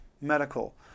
medical